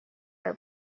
are